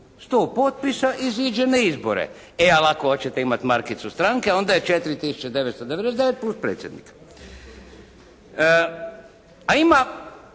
100 potpisa iziđe na izbore. E ali ako hoćete imati markicu stranke, onda je 4 tisuće 999 plus predsjednik. A ima